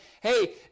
hey